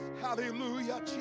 Hallelujah